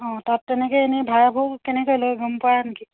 অঁ তাত তেনেকে এনেই ভাড়াবোৰ কেনেকে লয় গম পোৱা নেকি